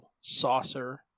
saucer